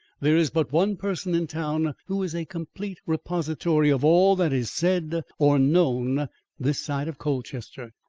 there is but one person in town who is a complete repository of all that is said or known this side of colchester.